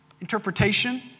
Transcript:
interpretation